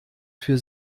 für